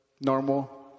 normal